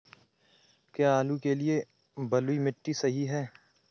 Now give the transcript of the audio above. क्या आलू के लिए बलुई मिट्टी सही है?